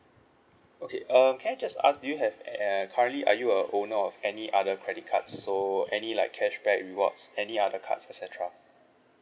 okay um can I just ask do you have eh err currently are you a owner of any other credit card so any like cashback rewards any other cards et cetera